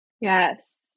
Yes